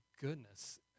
goodness